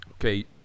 Okay